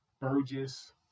Burgess